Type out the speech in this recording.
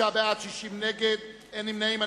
29 בעד, 60 נגד, אין נמנעים.